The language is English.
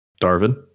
Darwin